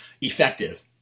effective